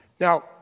Now